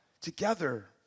together